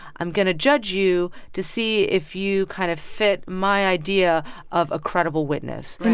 i'm going to judge you to see if you kind of fit my idea of a credible witness.